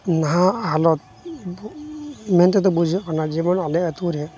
ᱱᱟᱦᱟᱜ ᱦᱟᱞᱚᱛ ᱢᱮᱱᱛᱮᱫᱚ ᱵᱩᱡᱷᱟᱹᱜ ᱠᱟᱱᱟ ᱡᱮᱢᱚᱱ ᱟᱞᱮ ᱟᱹᱛᱩᱨᱮ